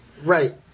Right